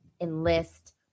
enlist